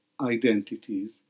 identities